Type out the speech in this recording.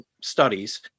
studies